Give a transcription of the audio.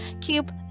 keep